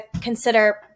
consider